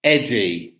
Eddie